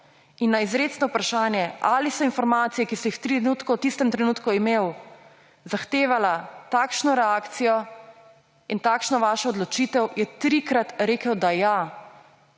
In na izrecno vprašanje: »Ali so informacije, ki ste jih v tistem trenutku imeli, zahtevale takšno reakcijo in takšno vašo odločitev?« je trikrat rekel, da ja